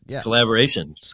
collaboration